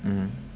mmhmm